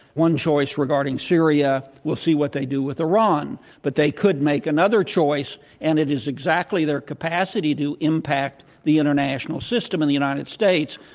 one choice regarding syria. we'll see what they do with iran, but they could make another choice, and it is exactly their capacity to impact the international system in the united states,